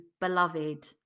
beloved